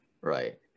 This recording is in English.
right